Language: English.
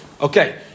Okay